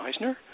Meisner